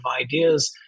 ideas